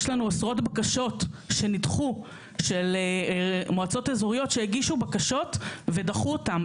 יש לנו עשרות בקשות שמועצות אזוריות הגישו ודחו אותן.